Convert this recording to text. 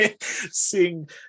seeing